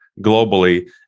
globally